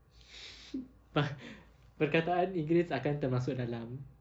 ah perkataan inggeris akan termasuk dalam